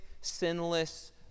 sinless